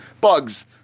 Bugs